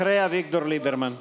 אחרי אביגדור ליברמן.